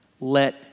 let